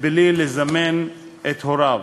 מבלי לזמן את הוריו,